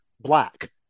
black